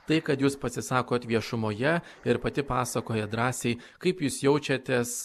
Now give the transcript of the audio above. tai kad jūs pasisakot viešumoje ir pati pasakojat drąsiai kaip jūs jaučiatės